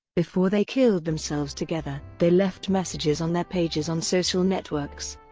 before they killed themselves together, they left messages on their pages on social networks.